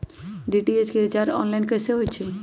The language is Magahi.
डी.टी.एच के रिचार्ज ऑनलाइन कैसे होईछई?